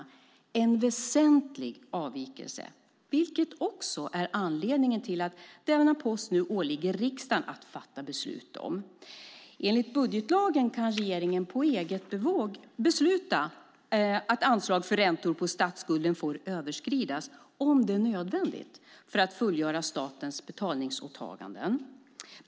Det är en väsentlig avvikelse, vilket också är anledningen till att det nu åligger riksdagen att fatta beslut om denna post. Enligt budgetlagen kan regeringen på eget bevåg besluta att anslag för räntor på statsskulden får överskridas om det är nödvändigt för att fullgöra statens betalningsåtaganden.